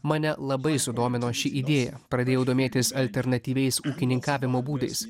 mane labai sudomino ši idėja pradėjau domėtis alternatyviais ūkininkavimo būdais